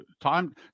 time